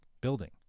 building